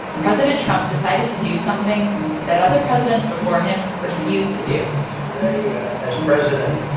president trump decided to do something that other presidents before him refused to do today, yeah as president,